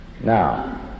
Now